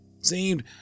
Seemed